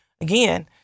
again